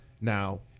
Now